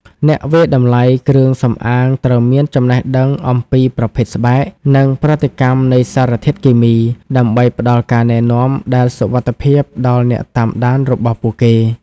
អ្នកវាយតម្លៃគ្រឿងសម្អាងត្រូវមានចំណេះដឹងអំពីប្រភេទស្បែក និងប្រតិកម្មនៃសារធាតុគីមី ដើម្បីផ្តល់ការណែនាំដែលសុវត្ថិភាពដល់អ្នកតាមដានរបស់ពួកគេ។